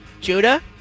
Judah